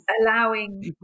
allowing